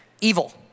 evil